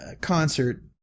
concert